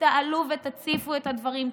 תעלו ותציפו את הדברים.